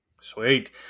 Sweet